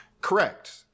Correct